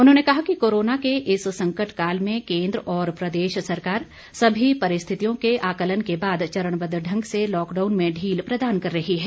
उन्होंने कहा कि कोरोना के इस संकट काल में केन्द्र और प्रदेश सरकार सभी परिस्थितियों के आकलन के बाद चरणबद्व ढंग से लॉकडाउन में ढील प्रदान कर रही है